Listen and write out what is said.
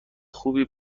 خوبی